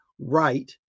right